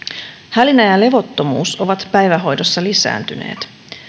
hälinä ja levottomuus ovat päivähoidossa lisääntyneet